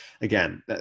again